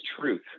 truth